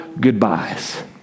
goodbyes